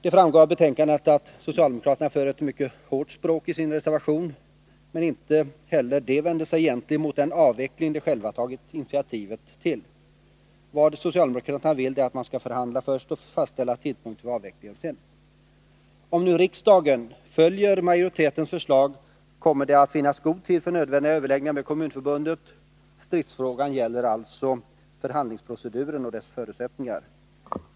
Det framgår av betänkandet att socialdemokraterna använder mycket hårt språk i sin reservation. Men inte heller de vänder sig egentligen mot den avveckling de själva tagit initiativ till. Vad de vill är att man skall förhandla först och fastställa tidpunkten för avvecklingen därefter. Om riksdagen följer utskottsmajoritetens förslag, kommer det att finnas god tid för de nödvändiga överläggningarna med kommunförbunden. Stridsfrågan gäller alltså förhandlingsproceduren och dess förutsättningar.